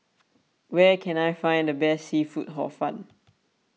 where can I find the best Seafood Hor Fun